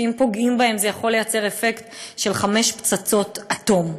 שאם פוגעים בהן זה יכול לייצר אפקט של חמש פצצות אטום,